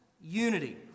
unity